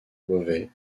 beauvais